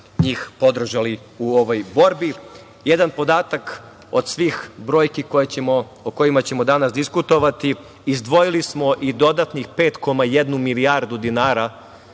njih podržali u ovoj borbi. Jedan podatak od svih brojki o kojima ćemo danas diskutovati. Izdvojili smo i dodatnih 5,1 milijardu dinara